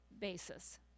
basis